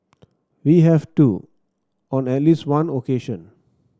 we have too on at least one occasion